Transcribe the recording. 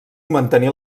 mantenir